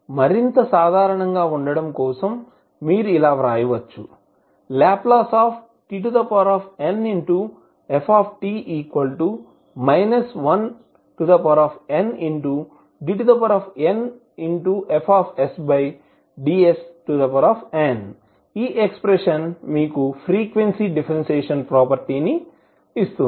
మరింత సాధారణం గా ఉండడం కోసం మీరు ఇలా వ్రాయవచ్చు LtnfndnFdsn ఈ ఎక్స్ప్రెషన్ మీకు ఫ్రీక్వెన్సీ డిఫరెన్సియేషన్ ప్రాపర్టీని ఇస్తుంది